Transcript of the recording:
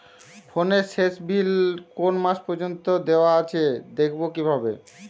ফোনের শেষ বিল কোন মাস পর্যন্ত দেওয়া আছে দেখবো কিভাবে?